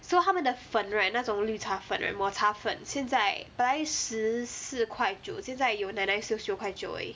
so 它们的粉 right 那种绿茶粉抹茶粉现在本来十四块九现在有 nine nine sales 九块九而已